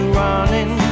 running